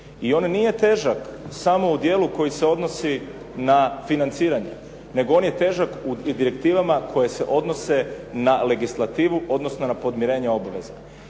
I on nije težak samo u dijelu koji se odnosi na financiranje nego on je težak u direktivama koje se odnose na legislativu odnosno na podmirenje obaveza.